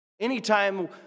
Anytime